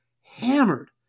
hammered